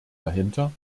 dahinter